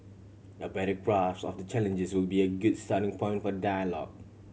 a better grasp of the challenges will be a good starting point for dialogue